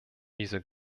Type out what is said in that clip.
dieser